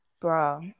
bro